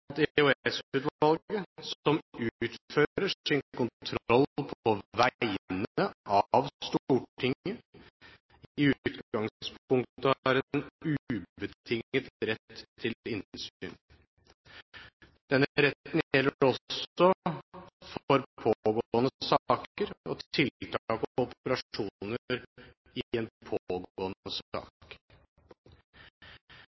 som utfører sin kontroll på vegne at Stortinget, i utgangspunktet har en ubetinget rett til innsyn. Denne retten gjelder også for pågående saker og tiltak og operasjoner i en pågående